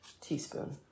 teaspoon